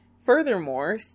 Furthermore